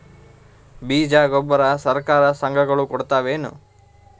ಬೀಜ ಗೊಬ್ಬರ ಸರಕಾರ, ಸಂಘ ಗಳು ಕೊಡುತಾವೇನು?